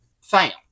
found